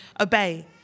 obey